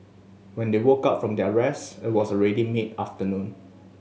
when they woke up from their rest it was already mid afternoon